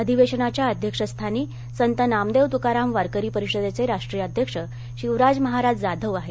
अधिवेशनाच्या अध्यक्षस्थानी संत नामदेव तुकाराम वारकरी परिषदेचे राष्ट्रीय अध्यक्ष शिवराज महाराज जाधव आहेत